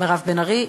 מירב בן ארי,